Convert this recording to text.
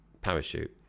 parachute